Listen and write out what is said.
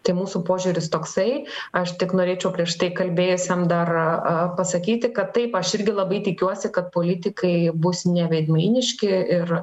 tai mūsų požiūris toksai aš tik norėčiau prieš tai kalbėjusiam dar a pasakyti kad taip aš irgi labai tikiuosi kad politikai bus neveidmainiški ir